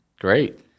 Great